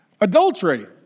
Adultery